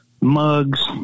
mugs